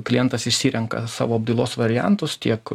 klientas išsirenka savo apdailos variantus tiek